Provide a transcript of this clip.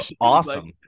awesome